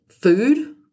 food